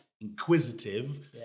inquisitive